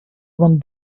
one